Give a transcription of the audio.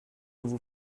vous